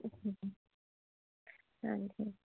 हाँ जी